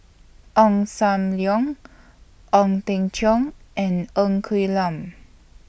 Ong SAM Leong Ong Teng Cheong and Ng Quee Lam